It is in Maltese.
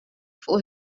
fuq